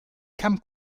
come